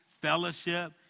Fellowship